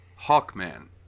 Hawkman